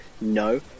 No